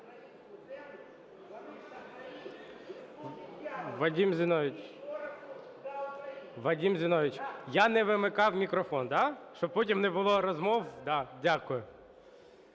Вадим Зіновійович, я не вимикав мікрофон. Щоб потім не було розмов. Дякую.